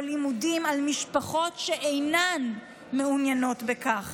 לימודים על משפחות שאינן מעוניינות בכך.